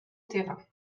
terrain